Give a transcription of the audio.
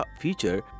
feature